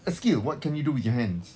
a skill what can you do with your hand